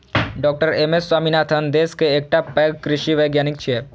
डॉ M S Swaminathan देश के एकटा पैघ कृषि वैज्ञानिक छियै